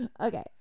Okay